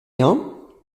hein